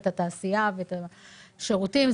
את התעשייה ואת השירותים.